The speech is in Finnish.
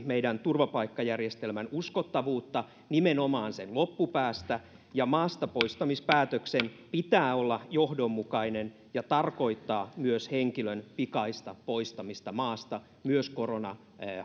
meidän turvapaikkajärjestelmän uskottavuutta nimenomaan sen loppupäästä maastapoistamispäätöksen pitää olla johdonmukainen ja tarkoittaa myös henkilön pikaista poistamista maasta myös korona